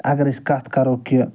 اگر أسۍ کتھ کرو کہِ